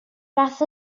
fath